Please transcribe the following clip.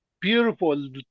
beautiful